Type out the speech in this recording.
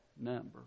number